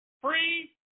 free